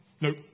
Nope